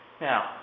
Now